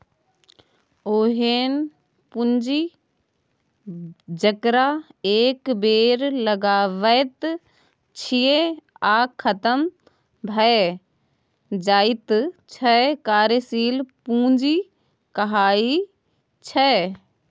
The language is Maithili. ओहेन पुंजी जकरा एक बेर लगाबैत छियै आ खतम भए जाइत छै कार्यशील पूंजी कहाइ छै